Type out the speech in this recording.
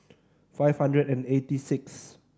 five hundred and eighty six